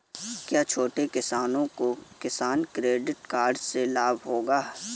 क्या छोटे किसानों को किसान क्रेडिट कार्ड से लाभ होगा?